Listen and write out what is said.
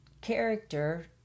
character